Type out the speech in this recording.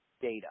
data